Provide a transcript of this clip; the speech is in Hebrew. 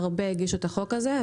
רבים הגישו את הצעת החוק הזאת.